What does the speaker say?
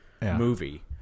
movie